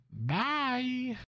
bye